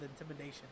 intimidation